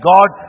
God